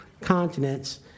continents